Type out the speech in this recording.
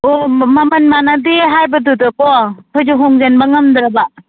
ꯑꯣ ꯃꯃꯟ ꯃꯥꯟꯅꯗꯦ ꯍꯥꯏꯕꯗꯨꯗꯀꯣ ꯑꯩꯈꯣꯏꯁꯨ ꯍꯣꯡꯖꯟꯕ ꯉꯝꯗ꯭ꯔꯕ